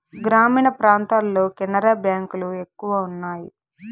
గ్రామీణ ప్రాంతాల్లో కెనరా బ్యాంక్ లు ఎక్కువ ఉన్నాయి